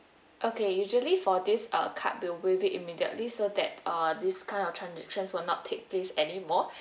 okay usually for this uh card we'll waive it immediately so that uh these kind of transactions will not take place anymore